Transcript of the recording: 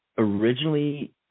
Originally